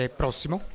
prossimo